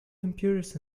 computers